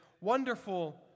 wonderful